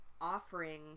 offering